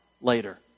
later